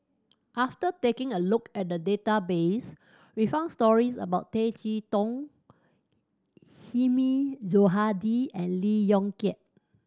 after taking a look at the database we found stories about Tay Chee Toh Hilmi Johandi and Lee Yong Kiat